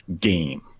game